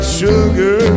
sugar